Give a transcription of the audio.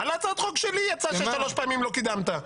על הצעות חוק שלי יצא ששלוש פעמים לא קידמת.